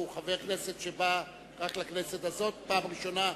הוא חבר כנסת שבא לכנסת הזאת בפעם הראשונה,